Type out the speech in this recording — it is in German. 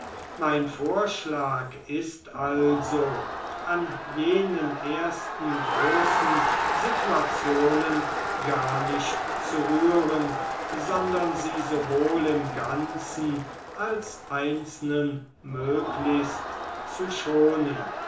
mein vorschlag ist also an jenen ersten großen situationen gar nicht zu rühren sondern sie sowohl im ganzen als einzelnen möglichst zu schonen